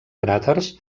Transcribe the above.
cràters